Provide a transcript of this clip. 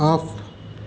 off